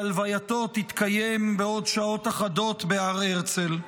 שהלווייתו תתקיים בעוד שעות אחדות בהר הרצל.